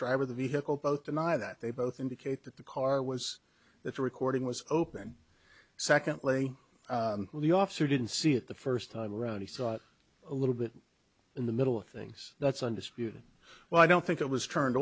driver the vehicle both deny that they both indicate that the car was that the recording was open secondly the officer didn't see it the first time around he saw it a little bit in the middle of things that's undisputed well i don't think it was turned